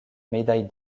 médaille